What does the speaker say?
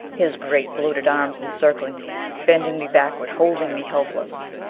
his great bloated arms encircling me, bending me backward, holding me helpless.